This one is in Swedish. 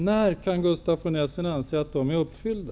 När anser Gustaf von Essen att de är uppfyllda?